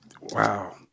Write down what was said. wow